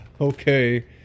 Okay